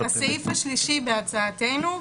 נציג את הסעיף השלישי בהצעתנו,